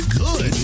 good